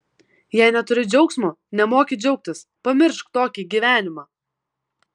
jei neturi džiaugsmo nemoki džiaugtis pamiršk tokį gyvenimą